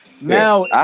Now